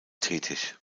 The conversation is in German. tätig